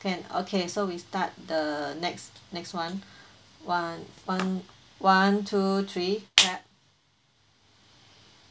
can okay so we start the next next one one one one two three clap